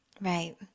Right